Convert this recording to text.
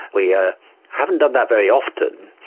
we ah haven't done that very often,